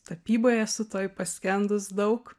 tapyboj esu toj paskendus daug